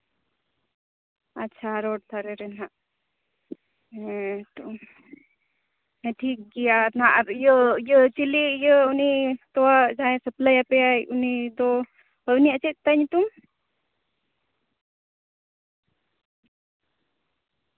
ᱟᱪᱪᱷᱟ ᱨᱳᱰ ᱫᱷᱟᱨᱮ ᱨᱮ ᱱᱟᱜ ᱦᱮᱸᱛᱚ ᱦᱮᱸ ᱴᱷᱤᱠᱜᱮᱭᱟ ᱱᱟᱜ ᱟᱨ ᱤᱭᱟᱹ ᱤᱭᱟᱹ ᱪᱤᱞᱤ ᱤᱭᱟᱹ ᱩᱱᱤ ᱛᱚᱣᱟ ᱡᱟᱦᱟᱸᱭ ᱥᱟᱯᱞᱟᱭᱟᱯᱮᱭᱟᱭ ᱩᱱᱤ ᱫᱚ ᱦᱳᱭ ᱩᱱᱤᱭᱟᱜ ᱪᱮᱫ ᱛᱟᱭ ᱧᱩᱛᱩᱢ